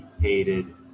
hated